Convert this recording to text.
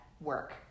work